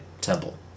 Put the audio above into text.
Temple